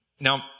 Now